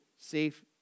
safe